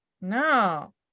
no